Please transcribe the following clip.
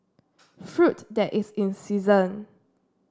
fruit that is in season